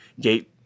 gate